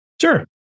Sure